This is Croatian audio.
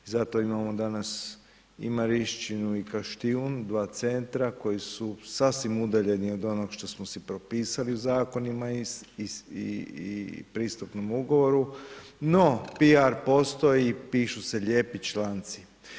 I zato imamo danas i Marišćinu i Kaštijun, dva centra koji su sasvim udaljeni od onog što smo si propisali u zakonima i pristupnom ugovoru no PR postoji i pišu se lijepi članci.